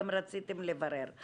אתם רציתם לברר.